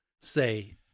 say